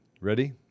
Ready